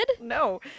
No